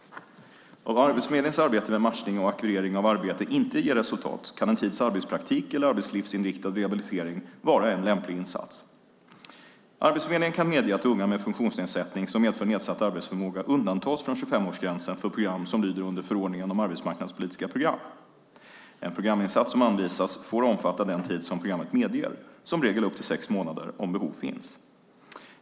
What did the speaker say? Om Arbetsförmedlingens arbete med matchning och ackvirering av arbete inte ger resultat kan en tids arbetspraktik eller arbetslivsinriktad rehabilitering vara en lämplig insats. Arbetsförmedlingen kan medge att unga med en funktionsnedsättning som medför nedsatt arbetsförmåga undantas från 25-årsgränsen för program som lyder under förordning om arbetsmarknadspolitiska program. En programinsats som anvisas får omfatta den tid som programmet medger, som regel upp till sex månader om behov finns.